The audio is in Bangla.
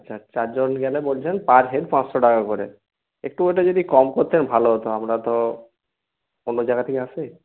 আচ্ছা চারজন গেলে বলছেন পার হেড পাঁচশো টাকা করে একটু ওটা যদি কম করতেন ভালো হতো আমরা তো অন্য জায়গা থেকে আসি